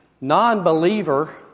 non-believer